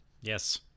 Yes